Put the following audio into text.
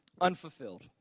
unfulfilled